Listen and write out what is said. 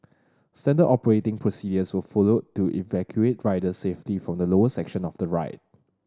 standard operating procedures were followed to evacuate riders safely from the lower section of the ride